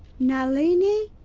nalini?